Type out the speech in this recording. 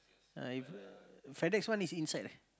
uh if FedEx one is inside leh